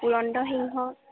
Purandar Singh